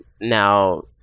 Now